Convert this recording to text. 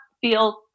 feel